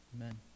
Amen